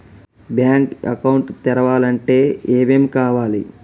Bank account తెరవాలంటే ఏమేం కావాలి?